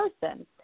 person